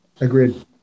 Agreed